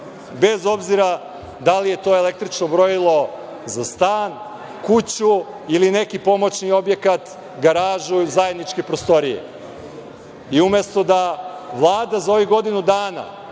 bez obzira da li je to električno brojilo za stan, kuću ili neki pomoćni objekat, garažu ili zajedničke prostorije. Vlada nam je sada u ovom sramnom